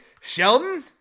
Sheldon